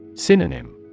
Synonym